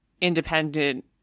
independent